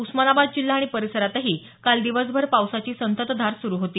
उस्मानाबाद जिल्हा आणि परिसरातही काल दिवसभर पावसाची संततधार सुरु होती